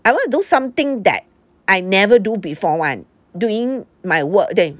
I want to do something that I never do before [one] during my work day